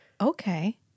okay